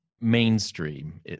mainstream